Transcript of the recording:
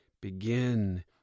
begin